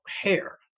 hair